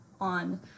on